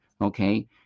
okay